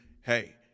hey